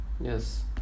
Yes